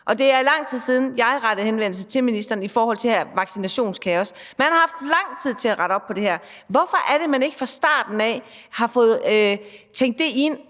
og det er lang tid siden, jeg rettede henvendelse til ministeren i forhold til det her vaccinationskaos. Man har haft lang tid til at rette op på det her. Hvorfor er det, man ikke fra starten af har fået tænkt det ind,